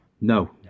No